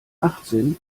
achtzehn